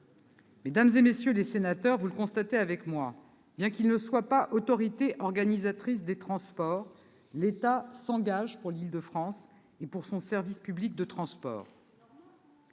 Mesdames, messieurs les sénateurs, vous le constatez avec moi : bien qu'il ne soit pas autorité organisatrice des transports, l'État s'engage pour l'Île-de-France et son service public de transport.